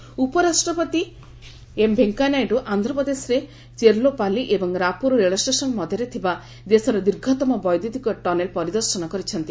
Naidu rail tunnel ଉପରାଷ୍ଟ୍ରପତି M Venkaiah Naidu ଆନ୍ଧ୍ରପ୍ରଦେଶରେ ଚେର୍ଷଲାପାଲି ଏବଂ ରାପ୍ରର୍ ରେଳ ଷ୍ଟେସନ ମଧ୍ୟରେ ଥିବା ଦେଶର ଦୀର୍ଘତମ ବୈଦ୍ୟତକ ଟନେଲ ପରିଦର୍ଶନ କରିଛନ୍ତି